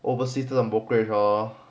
overseas 这种 brokerage lor